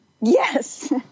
yes